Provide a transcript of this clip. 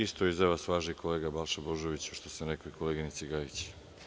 Isto i za vas važi, kolega Balša Božoviću, što sam rekao i koleginici Gorici.